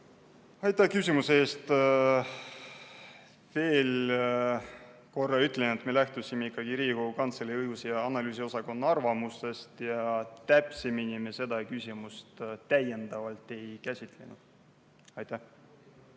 Aitäh küsimuse eest! Veel kord ütlen, et me lähtusime ikkagi Riigikogu Kantselei õigus- ja analüüsiosakonna arvamusest ja täpsemini me seda küsimust täiendavalt ei käsitlenud. Heiki